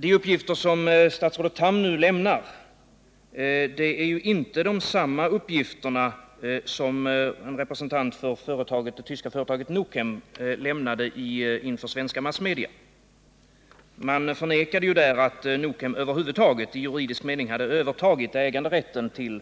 De uppgifter som statsrådet Tham nu lämnar är inte samma uppgifter som en representant för det tyska företaget Nukem lämnade inför svenska massmedia. Man förnekade där att Nukem över huvud taget i juridisk mening hade övertagit äganderätten till